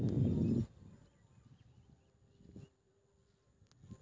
pension योजना एक तरहक दीर्घकालीन बचत योजना होइ छै